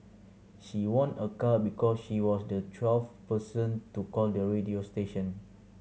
she won a car because she was the twelfth person to call the radio station